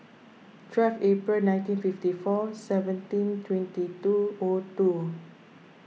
twelve April nineteen fifty four seventeen twenty two O two